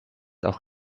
auch